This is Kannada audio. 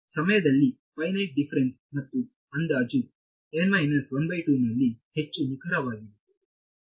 ಸಮಯದಲ್ಲಿ ಫೈನೈಟ್ ಡಿಫರೆನ್ಸ್ ಮತ್ತು ಅಂದಾಜು ನಲ್ಲಿ ಹೆಚ್ಚು ನಿಖರವಾಗಿದೆ